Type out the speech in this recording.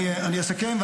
אני אסכם.